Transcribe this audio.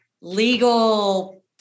legal